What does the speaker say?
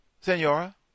senora